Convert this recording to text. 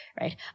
right